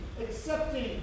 accepting